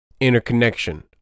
interconnection